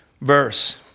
verse